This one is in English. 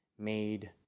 made